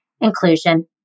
inclusion